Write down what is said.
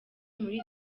muri